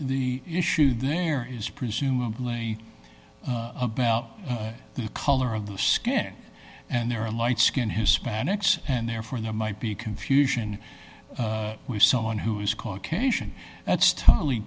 the issue there is presumably about the color of the skin and there are light skinned hispanics and therefore there might be confusion with someone who is caucasian that's totally